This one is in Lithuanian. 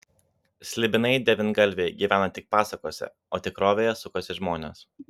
slibinai devyngalviai gyvena tik pasakose o tikrovėje sukasi žmonės